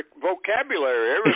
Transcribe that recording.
vocabulary